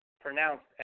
pronounced